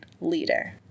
leader